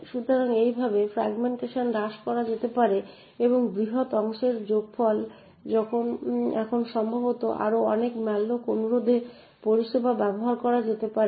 সুতরাং এইভাবে ফ্র্যাগমেন্টেশন হ্রাস করা যেতে পারে এই বৃহৎ ফ্রি অংশের যোগফল এখন সম্ভবত আরও অনেক ম্যালোক অনুরোধ পরিষেবাতে ব্যবহার করা যেতে পারে